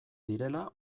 direla